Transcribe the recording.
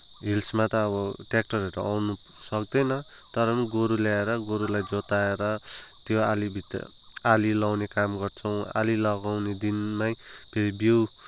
हिल्समा त अब ट्याक्टरहरू त आउन सक्दैन तर पनि गोरु ल्याएर गोरुलाई जोताएर त्यो आली भित्ता आली लगाउने काम गर्छौँ आली लगाउने दिनमै त्यो बिउ